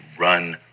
run